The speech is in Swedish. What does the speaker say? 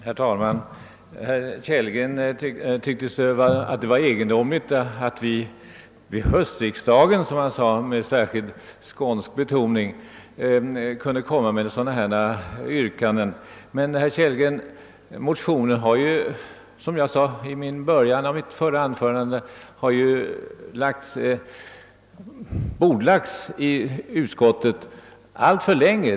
Herr talman! Herr Kellgren tyckte att det var egendomligt att vi just vid höstriksdagen kunde komma med sådana här yrkanden. Men, herr Kellgren, motionen har, som jag sade i början av mitt förra anförande, bordlagts i utskottet alltför länge.